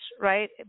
right